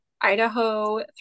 Idaho